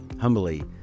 humbly